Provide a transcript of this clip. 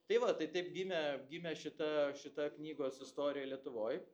tai va tai taip gimė gimė šita šita knygos istorija lietuvoj